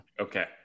Okay